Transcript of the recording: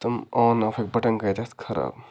تِم آن آفٕکۍ بَٹَن گٔے تَتھ خراب